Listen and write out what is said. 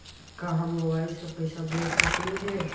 का हम मोबाईल से पैसा भेज सकली हे?